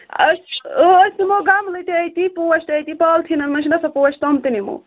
أسۍ آ أسۍ نِمو گَملہٕ تہِ أتی پوٚش تہِ أتی پالتھیٖنن منٛز چھِناہ آسان پوٚش کم تِم تہِ نِمہو